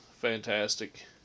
fantastic